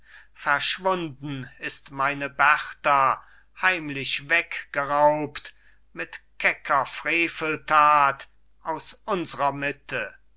verschwunden ist meine berta heimlich weggeraubt mit kecker freveltat aus unsrer mitte